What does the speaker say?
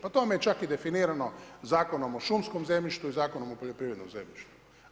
Pa to vam je čak i definirano Zakonom o šumskom zemljištu i Zakonom o poljoprivrednom zemljištu.